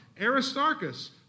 Aristarchus